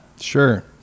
Sure